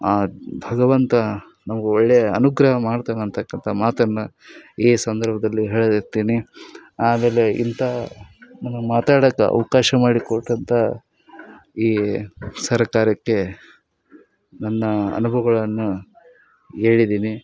ಆ ಭಗವಂತ ನಮ್ಗೆ ಒಳ್ಳೆಯ ಅನುಗ್ರಹ ಮಾಡ್ತಾನಂತಕ್ಕಂಥ ಮಾತನ್ನು ಈ ಸಂದರ್ಭದಲ್ಲಿ ಹೇಳತ್ತೀನಿ ಆಮೇಲೆ ಇಂಥ ನಮಗೆ ಮಾತಾಡಕ್ಕೆ ಅವಕಾಶ ಮಾಡಿಕೊಟ್ಟಂಥ ಈ ಸರಕಾರಕ್ಕೆ ನನ್ನ ಅನುಭವಗಳನ್ನು ಹೇಳಿದೀನಿ